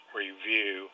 review